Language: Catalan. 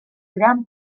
gran